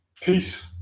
Peace